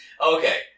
Okay